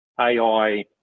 AI